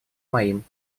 моим